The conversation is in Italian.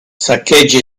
saccheggi